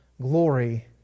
glory